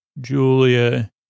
Julia